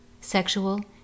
Sexual